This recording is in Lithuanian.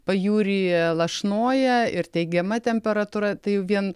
pajūryje lašnoja ir teigiama temperatūra tai vien